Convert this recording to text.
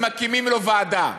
אז מקימים לו ועדה.